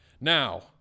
Now